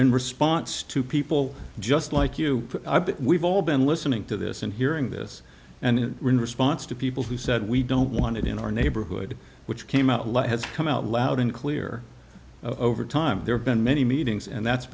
in response to people just like you we've all been listening to this and hearing this and in response to people who said we don't want it in our neighborhood which came out light has come out loud and clear over time there have been many meetings and that's